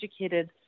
educated